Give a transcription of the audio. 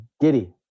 giddy